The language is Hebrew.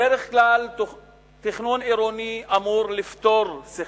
בדרך כלל תכנון עירוני אמור לפתור סכסוכים,